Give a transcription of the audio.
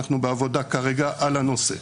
אנחנו כרגע בעבודה על הנושא.